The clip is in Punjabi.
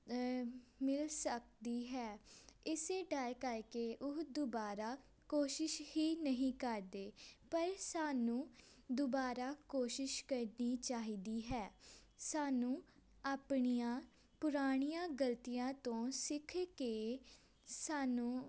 ਮਿਲ ਸਕਦੀ ਹੈ ਇਸੇ ਡਰ ਕੇ ਉਹ ਦੁਬਾਰਾ ਕੋਸ਼ਿਸ਼ ਹੀ ਨਹੀਂ ਕਰਦੇ ਪਰ ਸਾਨੂੰ ਦੁਬਾਰਾ ਕੋਸ਼ਿਸ਼ ਕਰਨੀ ਚਾਹੀਦੀ ਹੈ ਸਾਨੂੰ ਆਪਣੀਆਂ ਪੁਰਾਣੀਆਂ ਗਲਤੀਆਂ ਤੋਂ ਸਿੱਖ ਕੇ ਸਾਨੂੰ